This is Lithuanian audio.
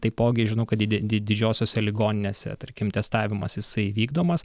taipogi žinau kad di di didžiosiose ligoninėse tarkim testavimas jisai vykdomas